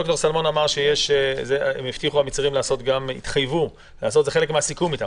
ד"ר שלמון אמר שהמצרים התחייבו לעשות את זה,